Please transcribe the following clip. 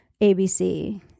ABC